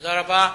תודה רבה.